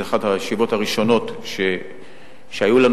באחת מישיבות העבודה הראשונות שהיו לנו,